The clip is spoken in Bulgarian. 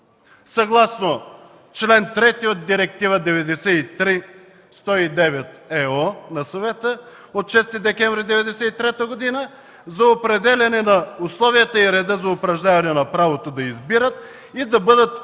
съгласно чл. 3 от Директива 93/109/ЕО на Съвета от 6 декември 1993 г. за определяне на условията и реда за упражняване на правото да избират и да бъдат избирани